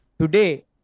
today